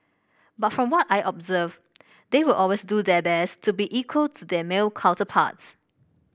but from what I observed they will always do their best to be equal to their male counterparts